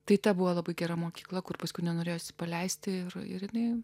tai ta buvo labai gera mokykla kur paskui nenorėjo paleisti ir irinai